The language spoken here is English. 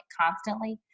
constantly